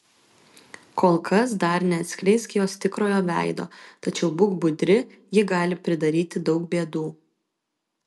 kol kas dar neatskleisk jos tikrojo veido tačiau būk budri ji gali pridaryti daug bėdų